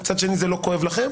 אבל מצד שני זה לא כואב לכם.